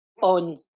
On